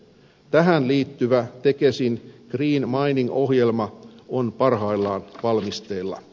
tähän liittyvä tekesin green mining ohjelma on parhaillaan valmisteilla